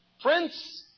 Prince